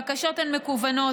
הבקשות הן מקוונות,